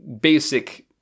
Basic